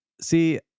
See